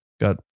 got